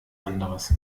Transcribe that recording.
anderes